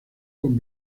con